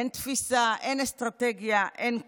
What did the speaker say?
אין תפיסה, אין אסטרטגיה, אין כלום.